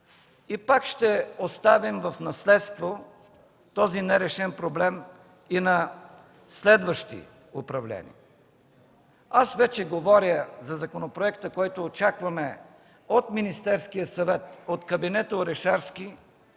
и пак ще оставим в наследство този нерешен проблем и на следващи управления. Аз вече говоря за законопроекта, който очакваме от Министерския съвет, от кабинета Орешарски,